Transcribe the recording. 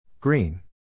Green